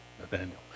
Nathaniel